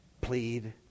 Plead